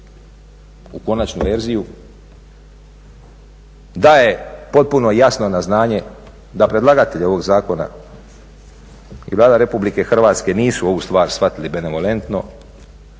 u konačnu verziju daje potpuno jasno na znanje da predlagatelj ovoga zakona i Vlada Republike Hrvatske nisu ovu stvar shvatili benevolentno